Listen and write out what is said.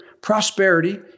prosperity